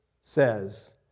says